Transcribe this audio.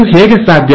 ಅದು ಹೇಗೆ ಸಾಧ್ಯ